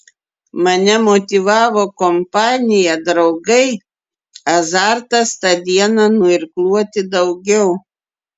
mane motyvavo kompanija draugai azartas tą dieną nuirkluoti daugiau